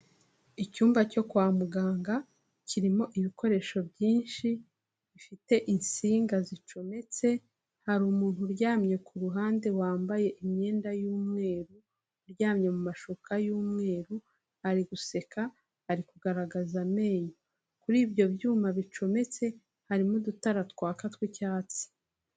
Icyumba cyo kwa muganga kirimo ibikoresho byinshi bifite insinga zicometse, hari umuntu uryamye ku ruhande wambaye imyenda y'umweru, uryamye mu mashuka y'umweru, ari guseka, ari kugaragaza amenyo. Kuri ibyo byuma bicometse harimo udutara twaka twi'cyatsi.